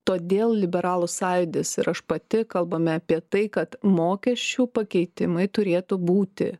todėl liberalų sąjūdis ir aš pati kalbame apie tai kad mokesčių pakeitimai turėtų būti